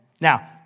Now